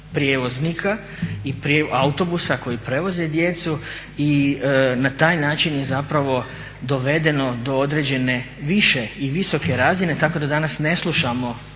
prijevoznika autobusa koji prevoze djecu i na taj način je zapravo dovedeno do određene više i visoke razine tako da danas ne slušamo